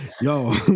yo